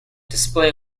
display